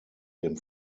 dem